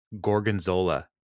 gorgonzola